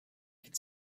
could